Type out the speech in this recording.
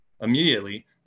immediately